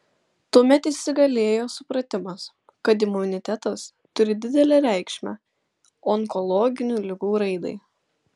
tuomet įsigalėjo supratimas kad imunitetas turi didelę reikšmę onkologinių ligų raidai